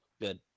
Good